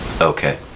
Okay